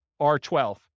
R12